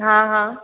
हा हा